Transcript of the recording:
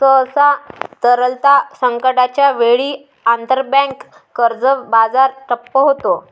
सहसा, तरलता संकटाच्या वेळी, आंतरबँक कर्ज बाजार ठप्प होतो